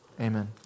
Amen